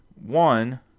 One